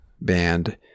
band